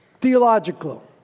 theological